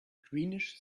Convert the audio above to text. greenish